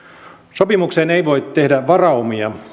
sopimukseen ei voi tehdä varaumia